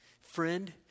Friend